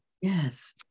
Yes